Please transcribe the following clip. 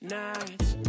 nights